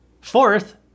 Fourth